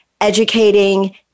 educating